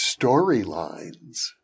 Storylines